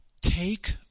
Take